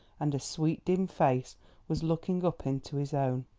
and a sweet dim face was looking up into his own.